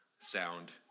sound